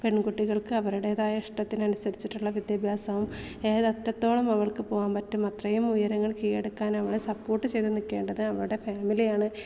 പെൺകുട്ടികൾക്ക് അവരുടേതായ ഇഷ്ടത്തിനനുസരിച്ചിട്ടുള്ള വിദ്യാഭ്യാസവും ഏതറ്റത്തോളം അവൾക്ക് പോകാൻ പറ്റും അത്രയും ഉയരങ്ങൾ കീഴടക്കാനവളെ സപ്പോർട്ട് ചെയ്ത് നിൽക്കേണ്ടത് അവളുടെ ഫാമിലിയാണ്